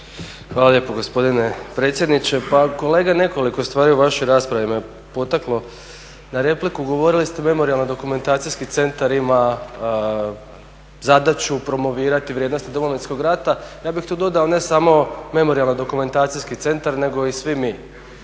Hvala lijepo gospodine predsjedniče. Pa kolega, nekoliko stvari u vašoj raspravi me potaklo na repliku. Govorili ste Memorijalni dokumentacijski centar ima zadaću promovirati vrijednosti Domovinskog rata, ja bih tu dodao, ne samo Memorijalni dokumentacijski centar nego i svi mi